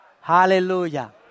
Hallelujah